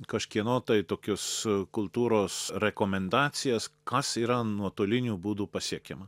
kažkieno tai tokius kultūros rekomendacijas kas yra nuotoliniu būdu pasiekiama